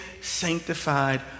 sanctified